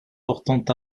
portant